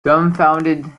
dumbfounded